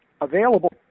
available